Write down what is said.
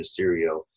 Mysterio